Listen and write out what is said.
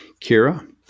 Kira